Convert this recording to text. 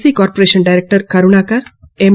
C corporation director Karunakar M